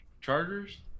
Chargers